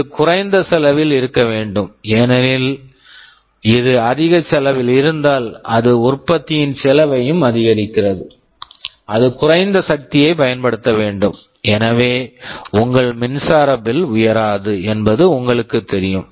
இது குறைந்த செலவில் இருக்க வேண்டும் ஏனெனில் இது அதிக செலவில் இருந்தால் அது உற்பத்தியின் செலவையும் அதிகரிக்கிறது அது குறைந்த சக்தியைப் பயன்படுத்த வேண்டும் எனவே உங்கள் மின்சார பில் உயராது என்பது உங்களுக்குத் தெரியும்